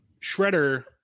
Shredder